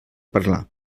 parlar